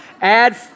Add